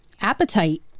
appetite